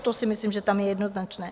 To si myslím, že tam je jednoznačné.